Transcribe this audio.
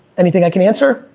anything i can answer?